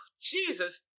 Jesus